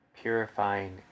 purifying